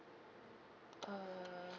uh